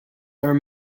are